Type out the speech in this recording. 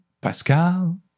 Pascal